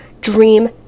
dream